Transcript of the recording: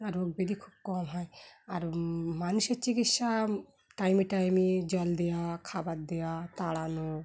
আর রোগ ব্যধি খুব কম হয় আর মানুষের চিকিৎসা টাইমে টাইমে জল দেওয়া খাবার দেওয়া তাড়ানো